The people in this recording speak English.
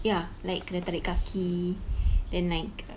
ya like kena tarik kaki then like